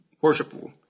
worshipful